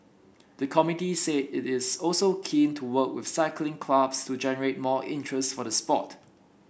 the committee said it is also keen to work with cycling clubs to generate more interest for the sport